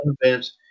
events